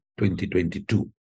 2022